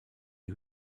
die